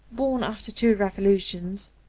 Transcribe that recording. born after two revolutions,